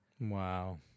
Wow